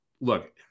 look